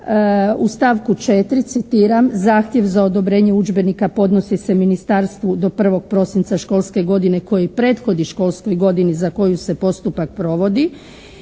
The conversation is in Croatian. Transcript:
u stavku 4., citiram, zahtjev za odobrenje udžbenika podnosi se ministarstvu do 1. prosinca školske godine koji prethodi školskoj godini za koju se postupak provodi